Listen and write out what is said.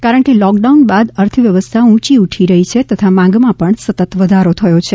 કારણ કે લોકડાઉન બાદ અર્થવ્યવસ્થા ઊંચી ઊઠી રહી છે તથા માંગમાં પણ સતત વધારો થઈ રહ્યો છે